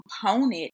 component